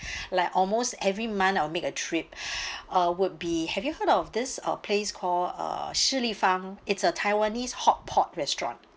like almost every month I will make a trip uh would be have you heard of this uh place call uh Shilifang it's a taiwanese hotpot restaurant